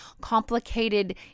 complicated